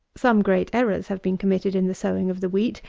some great errors have been committed in the sowing of the wheat,